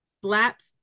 slaps